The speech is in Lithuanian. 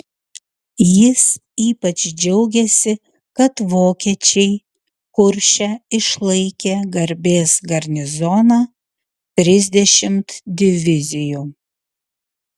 jis ypač džiaugėsi kad vokiečiai kurše išlaikė garbės garnizoną trisdešimt divizijų